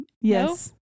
Yes